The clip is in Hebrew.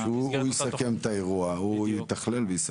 שהוא יתכלל את האירוע ויסכם.